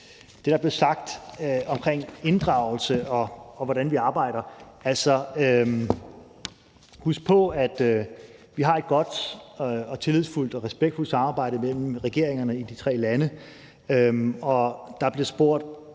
det, der blev sagt omkring inddragelse og om, hvordan vi arbejder: Altså, husk på, at vi har et godt og tillidsfuldt og respektfuldt samarbejde mellem regeringerne i de tre lande. Der blev spurgt